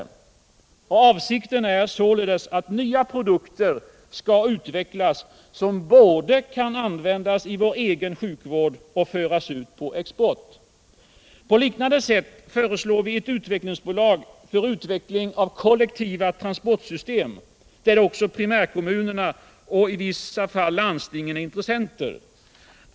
Avsikten är således att nya produkter skall utvecklas som både kan användas i vår egen sjukvård och föras ut på export. På liknande sätt föreslår vi ett utvecklingsbolag för utveckling av kollektiva transportsystem där i vissa fall också primärkommunerna är intressenter.